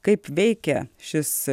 kaip veikia šis